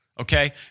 okay